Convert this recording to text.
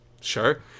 sure